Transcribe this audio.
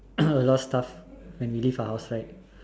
a lot of stuff when we leave the house right